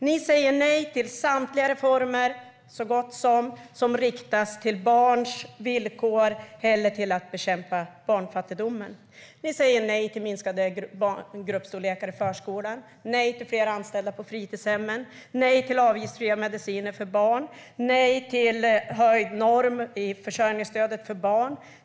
Ni säger nej till så gott som samtliga reformer som riktar in sig på barns villkor eller på att bekämpa barnfattigdomen. Ni säger nej till minskad gruppstorlek i förskolan, nej till fler anställda på fritidshemmen, nej till avgiftsfria mediciner för barn och nej till höjd norm i försörjningsstödet för barn.